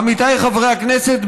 עמיתיי חברי הכנסת,